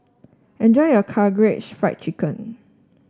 enjoy your Karaage Fried Chicken